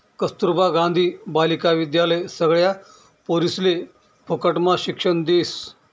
कस्तूरबा गांधी बालिका विद्यालय सगळ्या पोरिसले फुकटम्हा शिक्षण देस